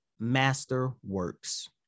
Masterworks